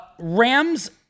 Rams